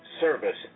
service